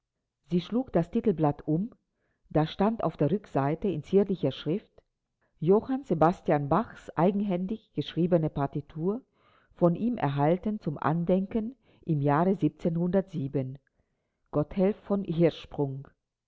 sie schlug das titelblatt um da stand auf der rückseite in zierlicher schrift johann sebastian bachs eigenhändig geschriebene partitur von ihm erhalten zum andenken im jahre gotthelf v